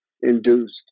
induced